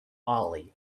ali